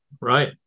Right